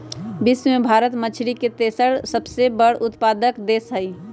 विश्व में भारत मछरी के तेसर सबसे बड़ उत्पादक देश हई